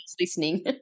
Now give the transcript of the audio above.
listening